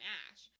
ash